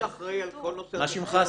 מה שמך?